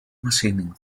machining